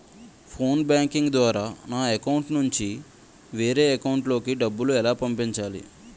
Phone banking ద్వారా నా account నుంచి వేరే అకౌంట్ లోకి డబ్బులు ఎలా పంపించాలి?